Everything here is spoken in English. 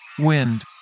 wind